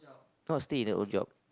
thought stay that old job